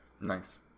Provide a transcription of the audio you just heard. Nice